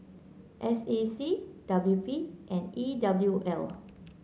S A C W P and E W L